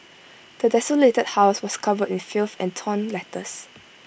the desolated house was covered in filth and torn letters